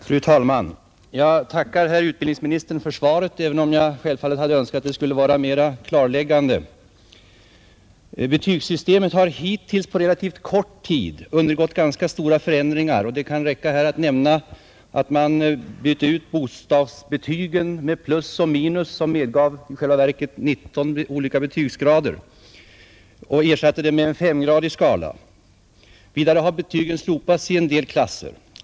Fru talman! Jag tackar utbildningsministern för svaret även om jag självfallet hade önskat att det varit mera klarläggande. Betygssystemet har på relativt kort tid undergått ganska stora förändringar. Det kan räcka med att här nämna att man har bytt ut bokstavsbetygen med plus och minus, som i själva verket medgav 19 olika betygsgrader, och ersatt dem med en femgradig skala. Vidare har betygen slopats i en del klasser.